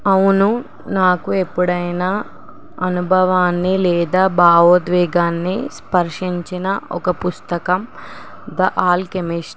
అవును నాకు ఎప్పుడైనా అనుభవాన్ని లేదా భావోద్వేగాన్ని స్పర్శించిన ఒక పుస్తకం ద ఆల్కెమిస్ట్